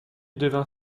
devint